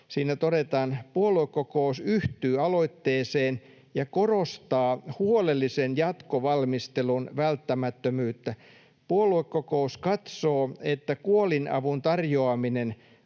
siinä todetaan: ”Puoluekokous yhtyy aloitteeseen ja korostaa huolellisen jatkovalmistelun välttämättömyyttä. Puoluekokous katsoo, että kuolinavun tarjoaminen